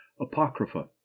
Apocrypha